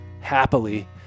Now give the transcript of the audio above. happily